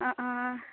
অঁ অঁ অঁ